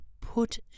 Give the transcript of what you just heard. put